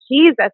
Jesus